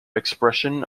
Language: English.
expression